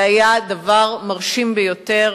זה היה דבר מרשים ביותר,